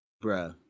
Bro